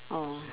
oh